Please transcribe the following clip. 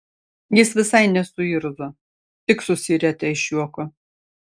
jis visai nesuirzo tik susirietė iš juoko